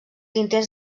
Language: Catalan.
intents